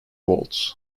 waltz